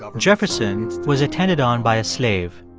um jefferson was attended on by a slave.